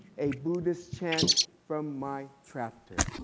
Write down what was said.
a buddhist chant from my tractor.